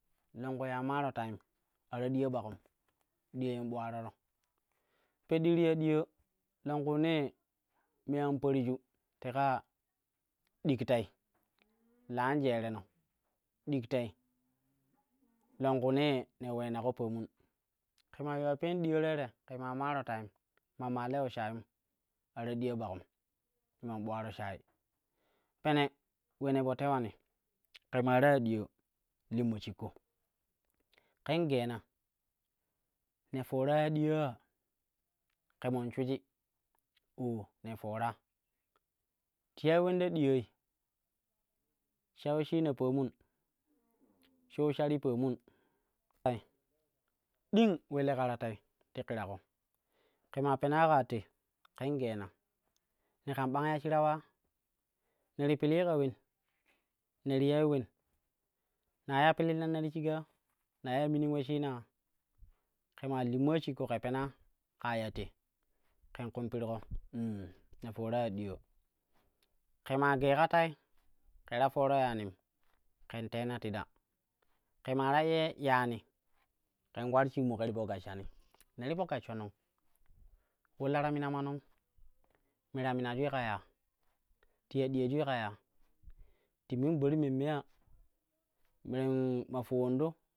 Longku ye a maaro teim a ta diya ɓakum, diyain ɓularoro. Peddi ti ya diya longkuunee me an pariju teka ya dig tei laam jereno, dig tei longkuunee ne uleenako paamun, ke maa yuula peen diya teere, ƙe maa maaro teim, ma maa lewo shayum ma ta diya bakum man ɓularo shayi, pene ule ne po tewani kemaa ta ya diyaa limma shikko ken geena, ne foora ya diyaa ya ke mon shwiji, oo ne foora, ti yai ulen ta diyaai sha uleshina paamu shou shani paamun ƙe, ding ule leka takei ti korako, ƙe maa penaa kaa te ken geen ne kam ɓang ya shirau ya, ne ti pilii ka ulen, ne ti yai ulen, ne ta iya pilin lanna ti shigi ya, na iya minin ule shina ya kemaa limma shikko ke pena kaa ya te ƙen ƙum pirko ne foora ya diyaa ƙe maa geega tai ƙe ta fooro yanim ƙen teena tiɗa, ke maa ta iya yani ƙen ular shik mo ƙe ti po gashshani, ne ti po gashsho nong ulo la ta mimama nong, me ta minajui ka ya, ti ya diya jui ƙa ya, ti min gbati memme ya meen ma fowunɗo.